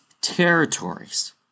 territories